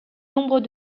nombre